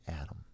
Adam